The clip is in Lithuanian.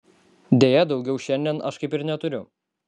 deja daugiau šiandien aš kaip ir neturiu